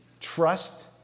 trust